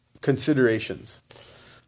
considerations